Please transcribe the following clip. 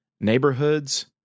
neighborhoods